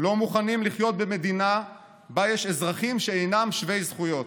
לא מוכנים לחיות במדינה שיש בה אזרחים שאינם שווי זכויות.